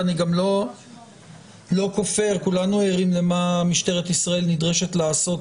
ואני גם לא כופר כולנו ערים למה משטרת ישראל נדרשת לעשות,